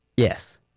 Yes